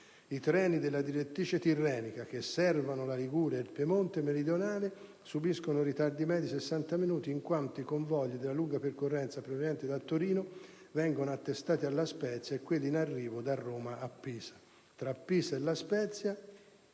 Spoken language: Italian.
I treni della direttrice tirennica che servono la Liguria e il Piemonte meridionale subiscono ritardi medi di 60 minuti in quanto i convogli della lunga percorrenza provenienti da Torino vengono attestati a La Spezia e quelli in arrivo da Roma a Pisa.